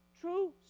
True